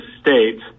States